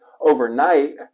overnight